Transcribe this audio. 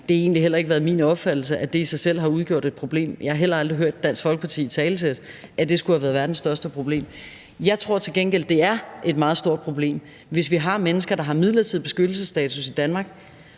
egentlig heller ikke været min opfattelse, at det i sig selv har udgjort et problem, og jeg har heller aldrig hørt Dansk Folkeparti italesætte, at det skulle have været verdens største problem. Jeg tror til gengæld, det er et meget stort problem, hvis vi har mennesker, der har midlertidig beskyttelsesstatus i Danmark,